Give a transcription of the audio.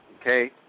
okay